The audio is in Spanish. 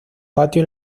patio